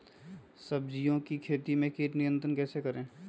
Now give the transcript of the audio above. सब्जियों की खेती में कीट नियंत्रण कैसे करें?